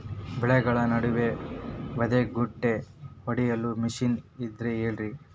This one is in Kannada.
ಬೆಳೆಗಳ ನಡುವೆ ಬದೆಕುಂಟೆ ಹೊಡೆಯಲು ಮಿಷನ್ ಇದ್ದರೆ ಹೇಳಿರಿ